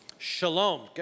Shalom